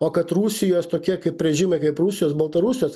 o kad rusijos tokie kaip režimai kaip rusijos baltarusijos